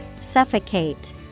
Suffocate